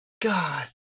god